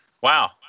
Wow